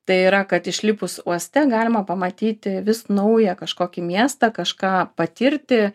tai yra kad išlipus uoste galima pamatyti vis naują kažkokį miestą kažką patirti